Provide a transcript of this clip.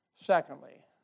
Secondly